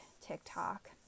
TikTok